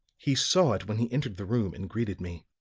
he saw it when he entered the room and greeted me.